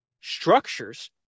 structures